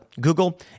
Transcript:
Google